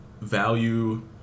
value